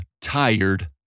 tired